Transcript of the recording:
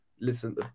listen